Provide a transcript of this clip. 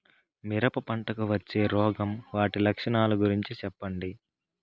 మిరప పంటకు వచ్చే రోగం వాటి లక్షణాలు గురించి చెప్పండి?